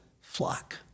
flock